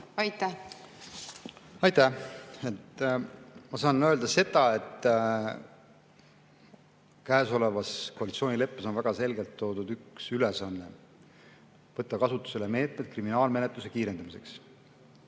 Aitäh! Ma saan öelda seda, et käesolevas koalitsioonileppes on väga selgelt ära toodud üks ülesanne: võtta kasutusele meetmed kriminaalmenetluse kiirendamiseks.